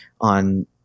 on